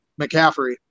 McCaffrey